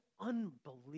unbelievable